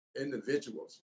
individuals